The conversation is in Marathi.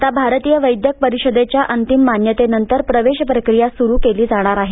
आता भारतीय वैद्यक परिषदेच्या अंतिम मान्यतेनंतर प्रवेशप्रक्रिया सुरू केली जाणार आहे